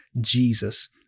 Jesus